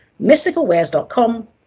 Mysticalwares.com